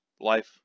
life